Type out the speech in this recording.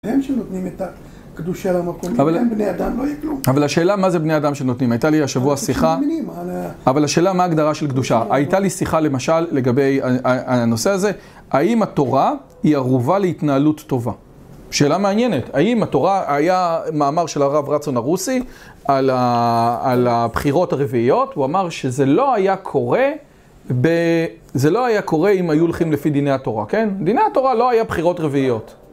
להם שנותנים את הקדושה למקום, אם אין בני אדם לא יהיה כלום. אבל השאלה, מה זה בני אדם שנותנים? הייתה לי השבוע שיחה. אבל השאלה, מה ההגדרה של קדושה? הייתה לי שיחה, למשל, לגבי הנושא הזה, האם התורה היא ערובה להתנהלות טובה? שאלה מעניינת. האם התורה, היה מאמר של הרב רצון ערוסי על הבחירות הרביעיות, הוא אמר שזה לא היה קורה זה לא היה קורה אם היו הולכים לפי דיני התורה, כן? דיני התורה לא היה בחירות רביעיות.